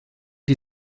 die